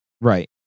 Right